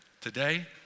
today